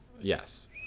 Yes